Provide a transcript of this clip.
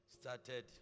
Started